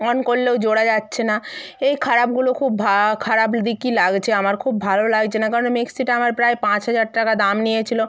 on করলেও জোড়া যাচ্ছে না এই খারাপগুলো খুব খারাপ দিকই লাগছে আমার খুব ভালো লাগছে না কারণ মেক্সিটা আমার প্রায় পাঁচ হাজার টাকা দাম নিয়েছিলো